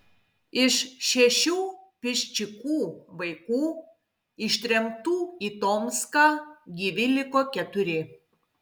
iš šešių piščikų vaikų ištremtų į tomską gyvi liko keturi